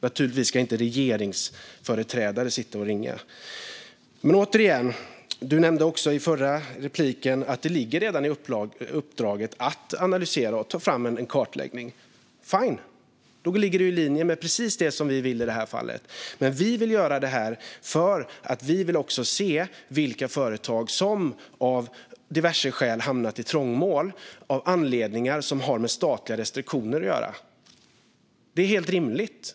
Naturligtvis ska inte regeringsföreträdare sitta och ringa runt. Återigen, Anna-Caren Sätherberg nämnde i förra repliken att det redan ligger i uppdraget att analysera och ta fram en kartläggning. Fine! Då är det i linje med precis det vi vill i det här fallet. Men vi vill göra det för att se vilka företag som har hamnat i trångmål av anledningar som har med statliga restriktioner att göra. Det är helt rimligt.